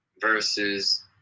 versus